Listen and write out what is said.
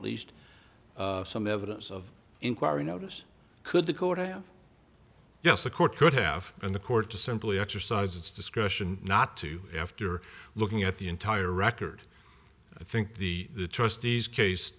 at least some evidence of inquiry notice could dakota oh yes the court could have and the court to simply exercise its discretion not to after looking at the entire record i think the trustees case